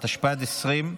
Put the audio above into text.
התשפ"ד 2024,